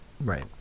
Right